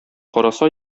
караса